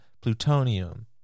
plutonium